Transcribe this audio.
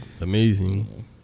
amazing